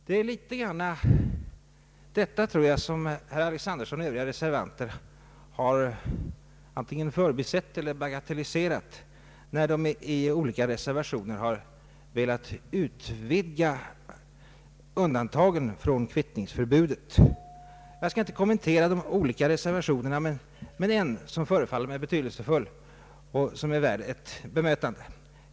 Det är litet grand detta som herr Alexanderson och övriga reservanter har antingen förbisett eller bagatelliserat, när de i olika reservationer har velat utvidga undantagen från kvittningsförbudet. Jag skall inte kommentera mer än en av de olika reservationerna, en som förefaller mig betydelsefull och värd ett bemötande.